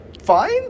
fine